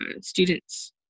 students